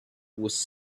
was